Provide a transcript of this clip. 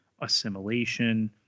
assimilation